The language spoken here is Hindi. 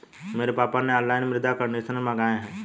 मेरे पापा ने ऑनलाइन मृदा कंडीशनर मंगाए हैं